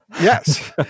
Yes